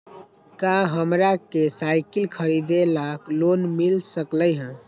का हमरा के साईकिल खरीदे ला लोन मिल सकलई ह?